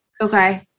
Okay